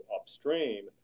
upstream